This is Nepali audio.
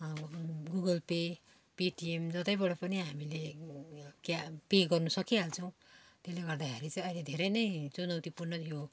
गुगल पे पेटिएम जताबाट पनि हामीले क्या पे गर्नु सकिहाल्छौँ त्यसले गर्दाखेरि चाहिँ अहिले धेरै नै चुनौतीपूर्ण यो